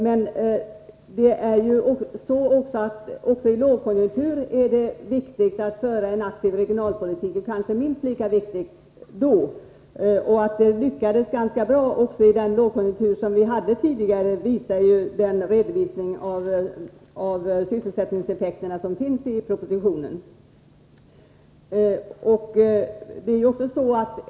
Men även i en lågkonjunktur är det viktigt att föra en aktiv regionalpolitik — det är kanske minst lika viktigt då — och att det lyckades ganska bra också i den lågkonjunktur som vi hade tidigare framgår av den redovisning av sysselsättningseffekterna som finns i propositionen.